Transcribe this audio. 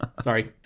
Sorry